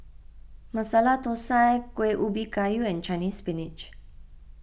Masala Thosai Kueh Ubi Kayu and Chinese Spinach